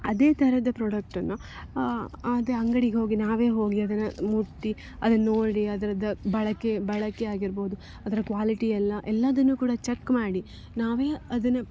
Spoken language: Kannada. ಅದೇ ಥರದ ಪ್ರಾಡಕ್ಟನ್ನು ಅದೇ ಅಂಗಡಿಗೆ ಹೋಗಿ ನಾವೇ ಹೋಗಿ ಅದನ್ನು ಮುಟ್ಟಿ ಅದನ್ನು ನೋಡಿ ಅದ್ರದ್ದು ಬಳಕೆ ಬಳಕೆಯಾಗಿರ್ಬೋದು ಅದರ ಕ್ವಾಲಿಟಿ ಎಲ್ಲ ಎಲ್ಲದನ್ನು ಕೂಡ ಚೆಕ್ ಮಾಡಿ ನಾವೇ ಅದನ್ನು